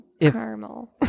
caramel